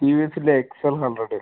T V എസിൻ്റെ X L hundred